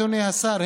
אדוני השר,